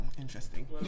Interesting